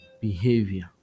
behavior